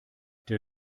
der